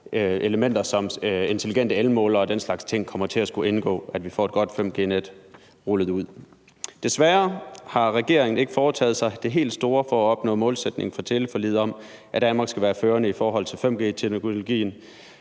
elementer som intelligente elmålere og den slags ting kommer til at skulle indgå, at vi får et godt 5G-net rullet ud. Desværre har regeringen ikke foretaget sig det helt store for at opnå målsætningen fra teleforliget om, at Danmark skal være førende i forhold til 5G-teknologien.